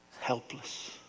Helpless